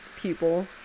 people